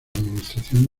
administración